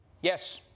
Yes